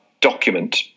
document